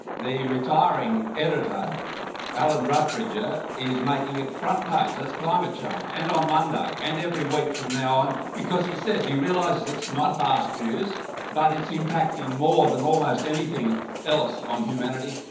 the retiring editor alan rusbridger is making it front page, that's climate change, and on monday and every week from now on because he says he realises it's not fast news but it's impacting more than almost anything else on humanity,